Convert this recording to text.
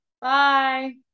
Bye